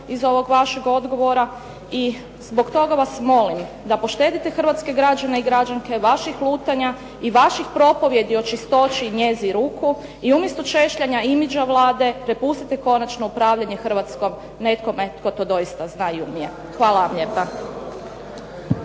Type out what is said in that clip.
iz ovog vašeg odgovora. I zbog toga vas molim da poštedite hrvatske građane i građanke vaših lutanja i vaših propovijedi o čistoći i njezi ruku i umjesto češljanja imidža Vlade prepustite konačno upravljanje Hrvatskom nekome tko to doista zna i umije. Hvala vam lijepa.